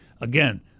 Again